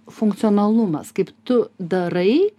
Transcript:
funkcionalumas kaip tu darai